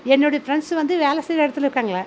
என்னுடைய ஃபிரெண்ட்ஸ் வந்து வேலை செய்ற இடத்துல இருக்காங்களே